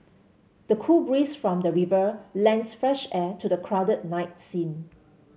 the cool breeze from the river lends fresh air to the crowded night scene